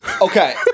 Okay